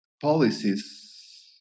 policies